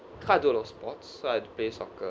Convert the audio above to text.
tried to do a lot of sports so I play soccer